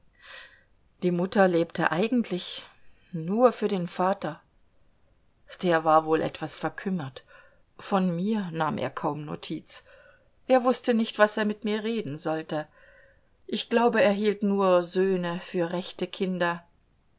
die mutter lebte eigentlich nur für den vater der war wohl etwas verkümmert von mir nahm er kaum notiz er wußte nicht was er mit mir reden sollte ich glaube er hielt nur söhne für rechte kinder